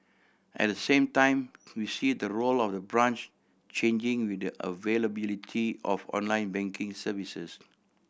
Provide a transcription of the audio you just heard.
at the same time we see the role of the branch changing with the availability of online banking services